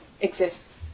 exists